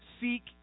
seek